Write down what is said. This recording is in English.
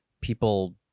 people